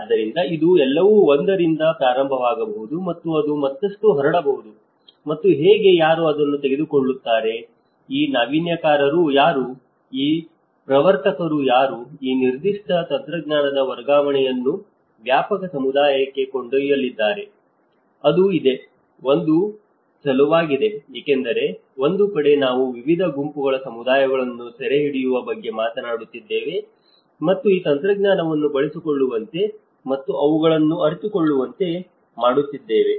ಆದ್ದರಿಂದ ಇದು ಎಲ್ಲವೂ ಒಂದರಿಂದ ಪ್ರಾರಂಭವಾಗಬಹುದು ಮತ್ತು ಅದು ಮತ್ತಷ್ಟು ಹರಡಬೇಕು ಮತ್ತು ಹೇಗೆ ಯಾರು ಇದನ್ನು ತೆಗೆದುಕೊಳ್ಳುತ್ತಾರೆ ಈ ನಾವೀನ್ಯಕಾರರು ಯಾರು ಈ ಪ್ರವರ್ತಕರು ಯಾರು ಈ ನಿರ್ದಿಷ್ಟ ತಂತ್ರಜ್ಞಾನದ ವರ್ಗಾವಣೆಯನ್ನು ವ್ಯಾಪಕ ಸಮುದಾಯಕ್ಕೆ ಕೊಂಡೊಯ್ಯಲಿದ್ದಾರೆ ಅದು ಇದೆ ಇದು ಒಂದು ಸವಾಲಾಗಿದೆ ಏಕೆಂದರೆ ಒಂದು ಕಡೆ ನಾವು ವಿವಿಧ ಗುಂಪುಗಳ ಸಮುದಾಯಗಳನ್ನು ಸೆರೆಹಿಡಿಯುವ ಬಗ್ಗೆ ಮಾತನಾಡುತ್ತಿದ್ದೇವೆ ಮತ್ತು ಈ ತಂತ್ರಜ್ಞಾನವನ್ನು ಬಳಸಿಕೊಳ್ಳುವಂತೆ ಮತ್ತು ಅವುಗಳನ್ನು ಅರಿತುಕೊಳ್ಳುವಂತೆ ಮಾಡುತ್ತಿದ್ದೇವೆ